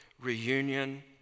reunion